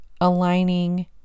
aligning